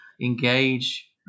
engage